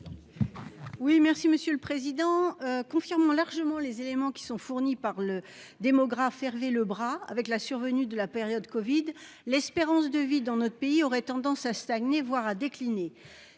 Oui, merci Monsieur le Président, confirmant largement les éléments qui sont fournis par le démographe Hervé Lebras avec la survenue de la période Covid. L'espérance de vie dans notre pays aurait tendance à stagner, voire à décliner.